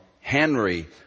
Henry